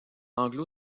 anglo